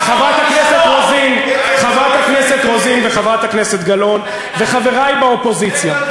חברת הכנסת רוזין וחברת הכנסת גלאון וחברי באופוזיציה,